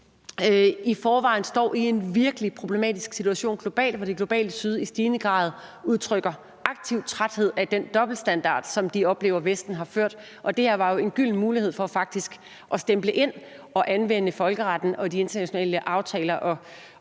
i forvejen står i en virkelig problematisk situation globalt, hvor det globale syd i stigende grad aktivt udtrykker træthed i forhold til den dobbeltstandard, som de oplever Vesten har ført. Det her var jo en gylden mulighed for faktisk at stemple ind og anvende folkeretten og de internationale aftaler